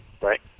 right